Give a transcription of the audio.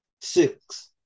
six